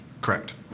Correct